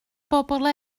bobl